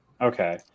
Okay